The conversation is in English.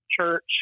church